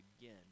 again